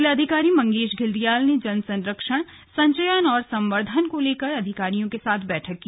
जिलाधिकारी मंगेश घिल्डियाल ने जल संरक्षण संचयन और संवर्द्धन को लेकर अधिकारियों के साथ बैठक की